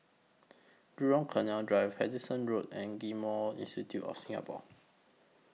Jurong Canal Drive Henderson Road and Genome Institute of Singapore